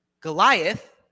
Goliath